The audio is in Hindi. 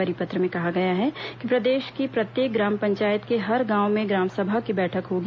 परिपत्र में कहा गया है कि प्रदेश की प्रत्येक ग्राम पंचायत के हर गांव में ग्राम सभा की बैठक होगी